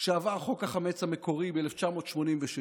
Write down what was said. כשעבר חוק החמץ המקורי, ב-1986.